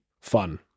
fun